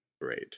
Great